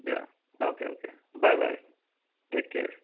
দিয়া okay okay bye bye take care